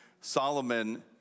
Solomon